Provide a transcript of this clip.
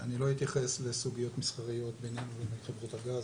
אני לא אתייחס לסוגיות מסחריות בעניין חברות הגז,